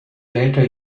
later